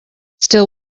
still